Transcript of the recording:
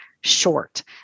short